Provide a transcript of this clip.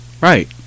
Right